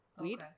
Weed